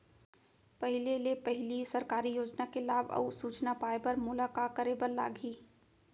पहिले ले पहिली सरकारी योजना के लाभ अऊ सूचना पाए बर मोला का करे बर लागही?